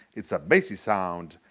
it's a bassy sound,